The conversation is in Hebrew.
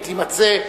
אם תימצא,